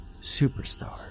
superstar